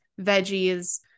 veggies